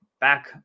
back